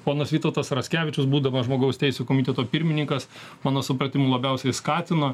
ponas vytautas raskevičius būdamas žmogaus teisių komiteto pirmininkas mano supratimu labiausiai skatino